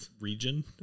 region